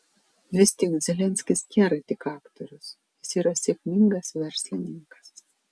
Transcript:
vis tik zelenskis nėra tik aktorius jis yra sėkmingas verslininkas